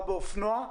באופנוע.